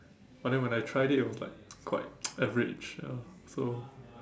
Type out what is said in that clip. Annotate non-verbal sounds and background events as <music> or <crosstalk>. but then when I tried it it was quite <noise> average ya so